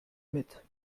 mit